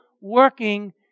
working